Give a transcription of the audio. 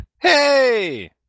Hey